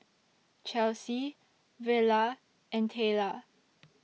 Chelsie Vella and Tayla